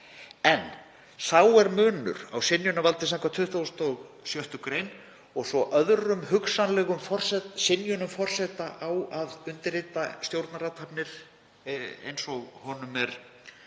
En sá er munur á synjunarvaldi samkvæmt 26. gr. og svo öðrum hugsanlegum synjunum forseta á að undirrita stjórnarathafnir, eins og honum er